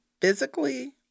physically